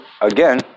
Again